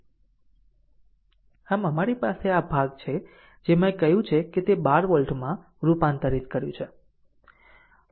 આમ અમારી પાસે આ ભાગ છે જે મેં કહ્યું છે તે 12 વોલ્ટમાં રૂપાંતરિત કર્યું છે